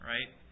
Right